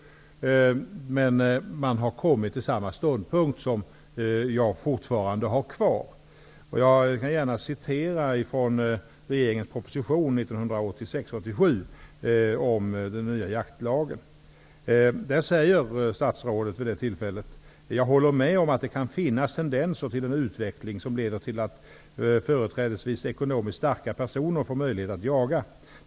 Man har emellertid kommit till samma ståndpunkt som jag fortfarande har. Jag citerar gärna ur regeringens proposition 1986/87 om den nya jaktlagen. Statsrådet vid det tillfället säger: Jag håller med om att det kan finnas tendenser till en utveckling som leder till att företrädesvis ekonomiskt starka personer får möjlighet att jaga.